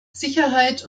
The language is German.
sicherheit